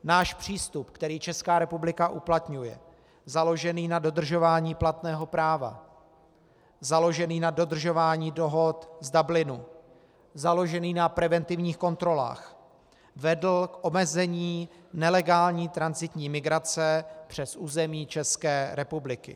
Náš přístup, který Česká republika uplatňuje, založený na dodržování platného práva, založený na dodržování dohod z Dublinu, založený na preventivních kontrolách vedl k omezení nelegální tranzitní migrace přes území České republiky.